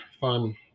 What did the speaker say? fun